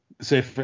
say